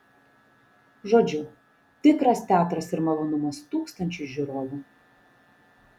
žodžiu tikras teatras ir malonumas tūkstančiui žiūrovų